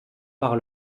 par